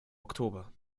oktober